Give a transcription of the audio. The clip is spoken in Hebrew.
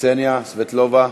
קסניה סבטלובה,